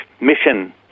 mission